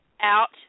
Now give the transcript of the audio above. out